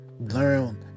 Learn